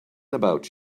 about